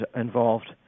involved